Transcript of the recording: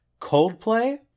Coldplay